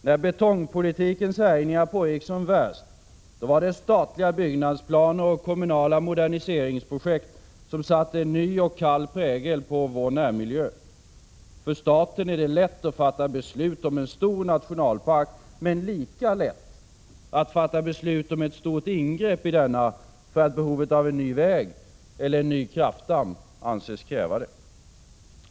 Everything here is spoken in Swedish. När betongpolitikens härjningar pågick som värst var det statliga byggnadsplaner och kommunala moderniseringsprojekt som satte en ny och kall prägel på vår närmiljö. För staten är det lätt att fatta beslut om en stor nationalpark, men lika lätt att fatta beslut om ett stort ingrepp i denna för att behovet av en ny väg eller en ny kraftdamm anses kräva det.